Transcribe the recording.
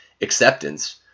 acceptance